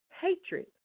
Hatred